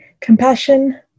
Compassion